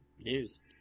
News